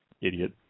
idiot